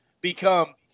become